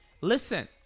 listen